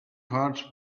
courts